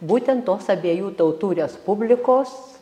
būtent tos abiejų tautų respublikos